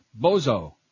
bozo